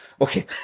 okay